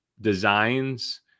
designs